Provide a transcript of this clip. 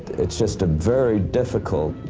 it's just a very difficult